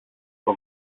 στο